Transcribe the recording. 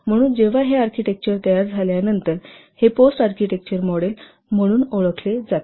म्हणूनच जेव्हा हे आर्किटेक्चर तयार झाल्यानंतर हे पोस्ट आर्किटेक्चर मॉडेल म्हणून ओळखले जाते